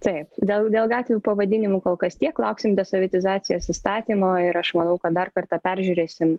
taip dėl dėl gatvių pavadinimų kol kas tiek lauksim desovietizacijos įstatymo ir aš manau kad dar kartą peržiūrėsim